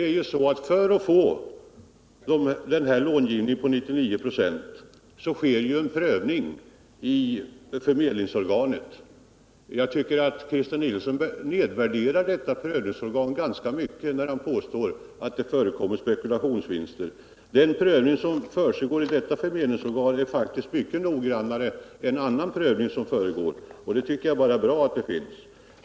Innan lån beviljas till 99 926 sker en prövning i förmedlingsorganet. Jag tycker att Christer Nilsson nedvärderar detta prövningsorgan ganska mycket när han påstår att det förekommer spekulationsvinster. Den prövning som försiggår i detta förmedlingsorgan är faktiskt mycket noggrannare än annan prövning. Jag tycker att det bara är bra att sådan prövning görs.